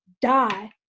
die